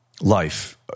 life